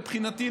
מבחינתי,